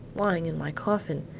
lying in my coffin,